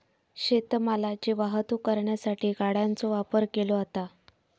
शेत मालाची वाहतूक करण्यासाठी गाड्यांचो वापर केलो जाता